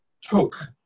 took